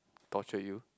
torture you